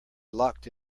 locked